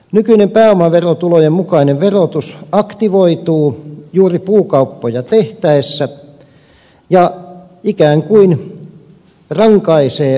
nykyinen pääomaverotulojen mukainen verotus aktivoituu juuri puukauppoja tehtäessä ja ikään kuin rankaisee puun myynnistä